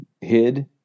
hid